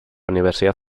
universidad